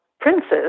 princes